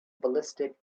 ballistic